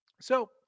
So-